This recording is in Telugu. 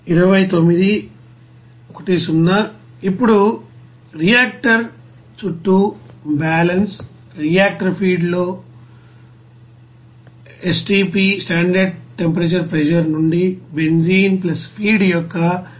ఇప్పుడు రియాక్టర్ చుట్టూ బ్యాలెన్స్ రియాక్టర్ ఫీడ్లో STP నుండి బెంజీన్ ఫీడ్ యొక్క మిశ్రమ ఫీడ్ ఉంటుంది